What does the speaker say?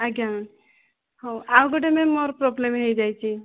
ଆଜ୍ଞା ହଉ ଆଉ ଗୋଟେ ମ୍ୟାମ୍ ମୋର ପ୍ରୋବ୍ଲେମ ହେଇଯାଇଛି